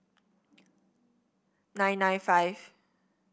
nine nine five